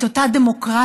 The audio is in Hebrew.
את אותה דמוקרטיה,